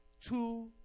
two